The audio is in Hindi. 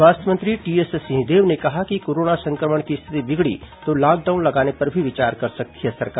स्वास्थ्य मंत्री टीएस सिंहदेव ने कहा कि कोरोना संक्रमण की स्थिति बिगड़ी तो लॉकडाउन लगाने पर भी विचार कर सकती है सरकार